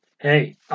Hey